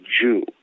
Jew